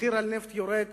מחיר הנפט יורד